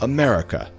America